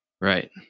Right